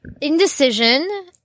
indecision